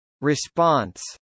response